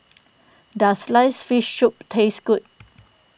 does Sliced Fish Soup taste good